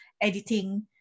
editing